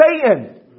Satan